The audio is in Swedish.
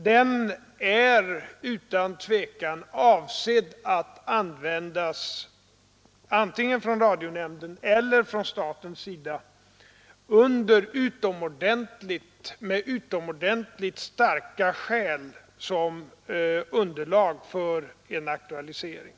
Den paragrafen är avsedd att användas av radionämnden eller av statsmakterna, när man har utomordentligt starka skäl som underlag för en aktualisering.